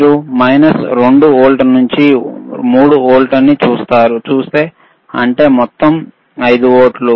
మీరు minus 2 volt నుండి 3 వోల్ట్లని చూస్తే అంటే మొత్తం 5 వోల్టులు